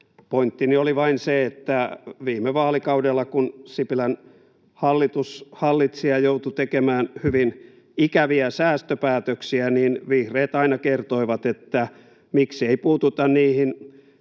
Pointtini oli vain se, että viime vaalikaudella, kun Sipilän hallitus hallitsi ja joutui tekemään hyvin ikäviä säästöpäätöksiä, vihreät aina kertoivat, että miksi ei puututa niihin